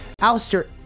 Alistair